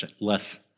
less